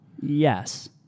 Yes